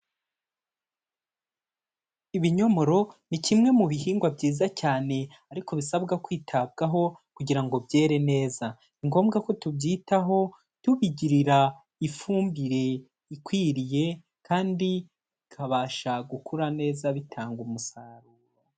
Ibinyomoro ni kimwe mu bihingwa byiza cyane ariko bisabwa kwitabwaho kugira ngo byere neza, ni ngombwa ko tubyitaho tubigirira ifumbire ikwiriye kandi bikabasha gukura neza bitanga umusaruro.